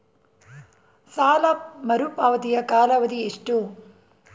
ಸಾಲ ಮರುಪಾವತಿಯ ಕಾಲಾವಧಿ ಎಷ್ಟು?